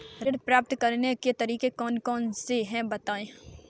ऋण प्राप्त करने के तरीके कौन कौन से हैं बताएँ?